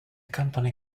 company